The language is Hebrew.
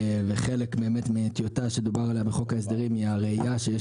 חלק מהטיוטה שדובר עליה בחוק ההסדרים היא הראייה שיש